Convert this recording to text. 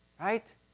right